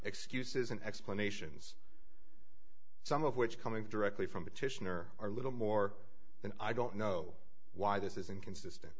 excuses and explanations some of which coming directly from petitioner are little more than i don't know why this is inconsistent